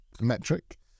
metric